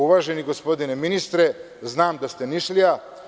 Uvaženi gospodine ministre, znam da ste Nišlija.